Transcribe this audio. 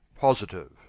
positive